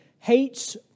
Hates